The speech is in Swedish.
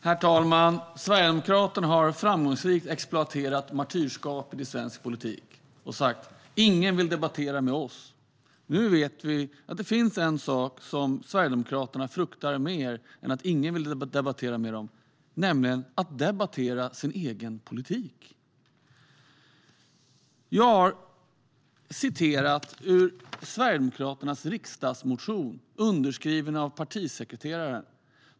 Herr talman! Sverigedemokraterna har framgångsrikt exploaterat martyrskapet i svensk politik och sagt: Ingen vill debattera med oss! Nu vet vi att det finns en sak som Sverigedemokraterna fruktar mer än att ingen vill debattera med dem, nämligen att debattera sin egen politik. Jag har citerat ur Sverigedemokraternas riksdagsmotion, underskriven av partisekreteraren.